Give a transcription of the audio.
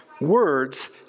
Words